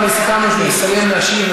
כבר סיכמנו שהוא יסיים להשיב עד,